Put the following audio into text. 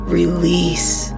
release